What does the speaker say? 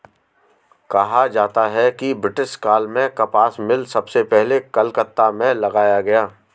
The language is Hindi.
कहा जाता है कि ब्रिटिश काल में कपास मिल सबसे पहले कलकत्ता में लगाया गया